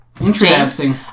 interesting